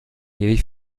ewig